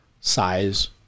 size